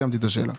סיימתי את השאלה.